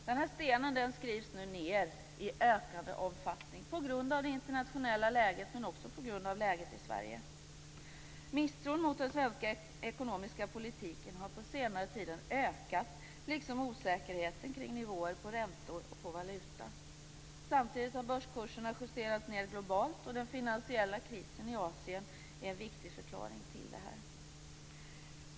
Den här stenen skrivs nu ned i ökad omfattning på grund av det internationella läget, men också på grund av läget i Sverige. Misstron mot den svenska ekonomiska politiken har ökat på senare tid, liksom osäkerheten kring nivåer på räntor och valuta. Samtidigt har börskurserna justerats ned globalt. Den finansiella krisen i Asien är en viktig förklaring till detta.